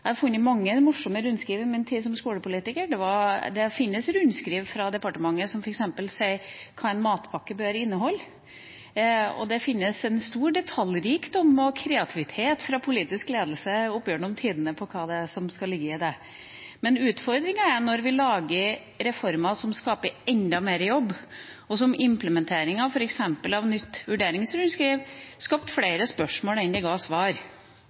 jeg har funnet mange morsomme rundskriv i min tid som skolepolitiker, det finnes rundskriv fra departementet som f.eks. sier hva en matpakke bør inneholde, og opp gjennom tidene finnes det en stor detaljrikdom og kreativitet fra politisk ledelse rundt hva som skal ligge i dem. Men utfordringa er når vi lager reformer som skaper enda mer jobb, slik f.eks. implementeringa av nytt vurderingsrundskriv skapte flere spørsmål enn det ga svar.